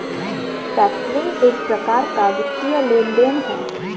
factoring एक प्रकार का वित्तीय लेन देन है